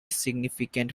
significant